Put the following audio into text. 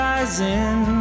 Rising